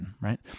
right